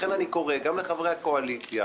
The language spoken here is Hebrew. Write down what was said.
לכן, אני קורא גם לחברי הקואליציה